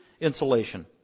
insulation